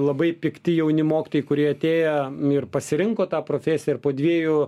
labai pikti jauni mokytojai kurie atėję ir pasirinko tą profesiją ir po dviejų